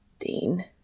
Dean